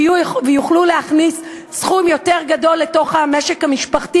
והם יוכלו להכניס סכום יותר גדול לתוך המשק המשפחתי.